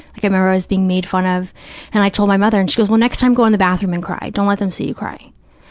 like i remember i was being made fun of and i told my mother, and she goes, well, next time go in the bathroom and cry, don't let them see you cry,